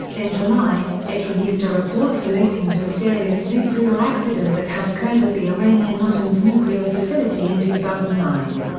in july, it released a report relating to a serious nuclear accident that had occurred at the iranian natanz nuclear facility in two thousand and nine.